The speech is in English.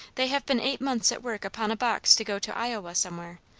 they have been eight months at work upon a box to go to iowa somewhere,